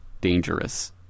dangerous